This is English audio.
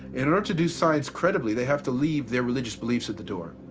in order to do science credibly, they have to leave their religious beliefs at the door.